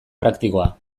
praktikoa